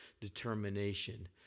determination